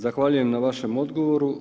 Zahvaljujem na vašem odgovoru.